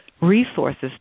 resources